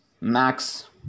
max